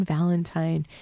Valentine